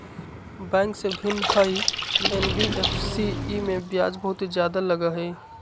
Bank से भिन्न हई एन.बी.एफ.सी इमे ब्याज बहुत ज्यादा लगहई?